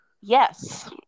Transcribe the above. yes